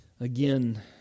Again